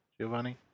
Giovanni